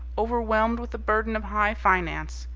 overwhelmed with the burden of high finance,